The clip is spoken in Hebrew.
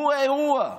הוא האירוע.